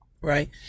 right